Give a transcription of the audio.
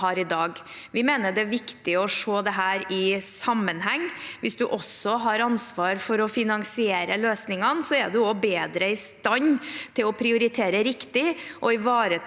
Vi mener det er viktig å se dette i sammenheng. Hvis man har ansvar for å finansiere løsningene, er man også bedre i stand til å prioritere riktig og ivareta